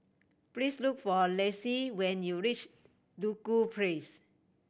please look for Lacie when you reach Duku Place